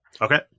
Okay